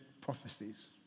prophecies